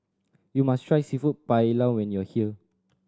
you must try Seafood Paella when you are here